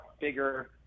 bigger